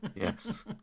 Yes